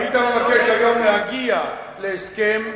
והיית מבקש היום להגיע להסכם,